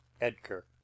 Edgar